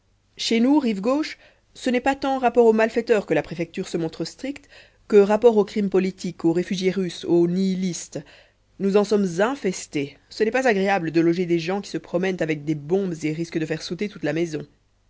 chez nous rive gauche ce n'est pas tant rapport aux malfaiteurs que la préfecture se montre stricte que rapport aux crimes politiques aux réfugiés russes aux nihilistes nous en sommes infestés ce n'est pas agréable de loger des gens qui se promènent avec des bombes et risquent de faire sauter toute la maison